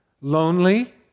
Lonely